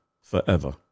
forever